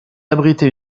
abriter